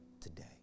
today